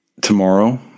Tomorrow